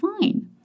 fine